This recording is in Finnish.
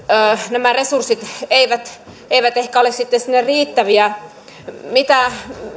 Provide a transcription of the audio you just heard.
nämä resurssit sinne eivät ehkä ole sitten riittäviä